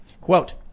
Quote